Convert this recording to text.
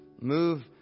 Move